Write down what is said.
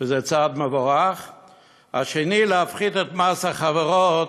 וזה צעד מבורך, 2. להפחית את מס החברות,